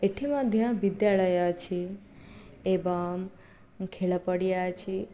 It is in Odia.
ଏଠି ମଧ୍ୟ ବିଦ୍ୟାଳୟ ଅଛି ଏବଂ ଖେଳପଡ଼ିଆ ଅଛି